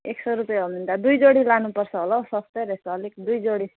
एक सय रुपियाँ हो भने त दुई जोडी लानुपर्छ होला हौ सस्तै रहेछ अलिक दुई जोडी